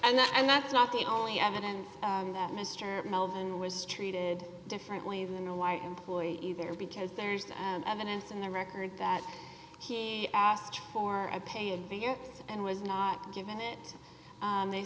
and that and that's not the only evidence that mr melvin was treated differently than a white employee either because there's evidence in the record that he asked for a pay advance and was not given it they